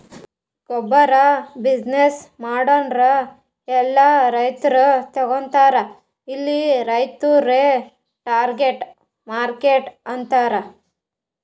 ಗೊಬ್ಬುರ್ ಬಿಸಿನ್ನೆಸ್ ಮಾಡೂರ್ ಎಲ್ಲಾ ರೈತರು ತಗೋತಾರ್ ಎಲ್ಲಿ ರೈತುರೇ ಟಾರ್ಗೆಟ್ ಮಾರ್ಕೆಟ್ ಆತರ್